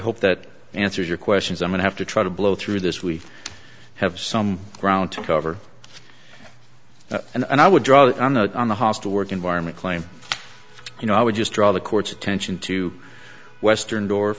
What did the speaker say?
hope that answers your questions i'm going have to try to blow through this we have some ground to cover and i would draw the note on the hostile work environment claim you know i would just draw the court's attention to western door